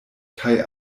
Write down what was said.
kaj